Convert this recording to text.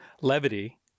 Levity